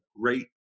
great